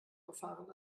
befahren